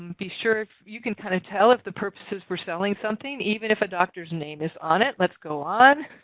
and be sure you can kind of tell if the purpose is forselling something even if a doctor's name is on it. let's go on.